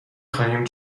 خواهیم